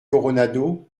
coronado